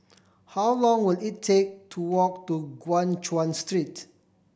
how long will it take to walk to Guan Chuan Street